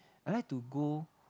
I like to go